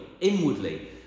Inwardly